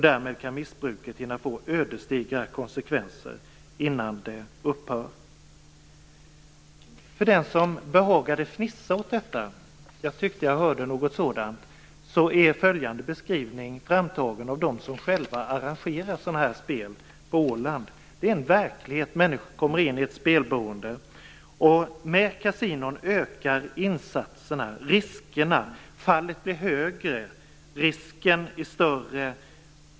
Därmed kan missbruket hinna få ödesdigra konsekvenser innan det upphör. För den som behagade fnissa åt detta - jag tyckte mig höra något sådant - kan jag berätta att denna beskrivning är framtagen av dem som själva arrangerar sådana här spel på Åland. Det är en verklighet. Människor kommer in i ett spelberoende. Med kasinon ökar insatserna och riskerna, och fallet blir högre.